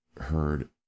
heard